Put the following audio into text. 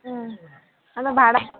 अन्त भाडा